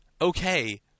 okay